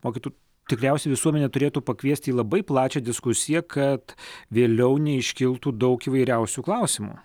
o kitų tikriausiai visuomenę turėtų pakviesti į labai plačią diskusiją kad vėliau neiškiltų daug įvairiausių klausimų